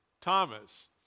Thomas